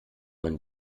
man